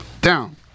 down